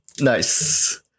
Nice